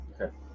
Okay